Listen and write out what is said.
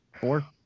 Four